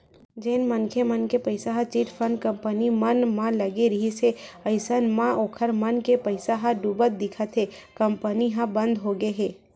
जेन मनखे मन के पइसा ह चिटफंड कंपनी मन म लगे रिहिस हे अइसन म ओखर मन के पइसा ह डुबत दिखत हे कंपनी मन ह बंद होगे हे